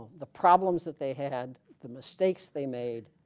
the problems that they had the mistakes they made